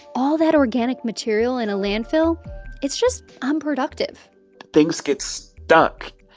all that organic material in a landfill it's just unproductive things gets stuck.